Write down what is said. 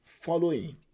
following